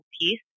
piece